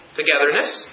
togetherness